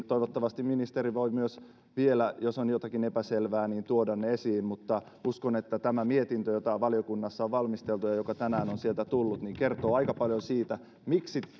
toivottavasti ministeri voi myös vielä jos on jotakin epäselvää tuoda ne esiin mutta uskon että tämä mietintö jota valiokunnassa on valmisteltu ja joka tänään on sieltä tullut kertoo aika paljon siitä miksi on